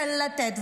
של לתת.